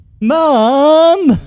Mom